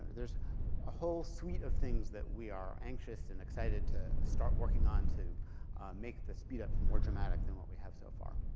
there's a whole suite of things that we are anxious and excited to start working on to make this speed-up more dramatic than what we have so far.